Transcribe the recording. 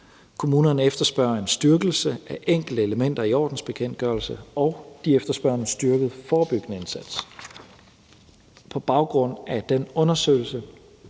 Kommunerne efterspørger en styrkelse af enkelte elementer i ordensbekendtgørelsen, og de efterspørger en styrket forebyggende indsats. På baggrund af den undersøgelse